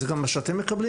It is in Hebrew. זה גם מה שאתם מקבלים?